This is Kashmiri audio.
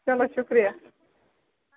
چلو شُکریہ